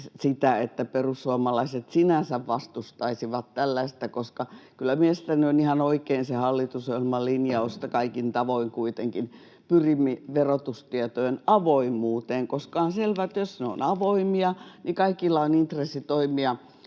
että perussuomalaiset sinänsä vastustaisivat tällaista, koska kyllä mielestäni on ihan oikein se hallitusohjelman linjaus, että kaikin tavoin kuitenkin pyrimme verotustietojen avoimuuteen. On selvää, että jos ne ovat avoimia, niin kaikilla on intressi toimia